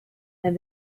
and